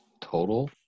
total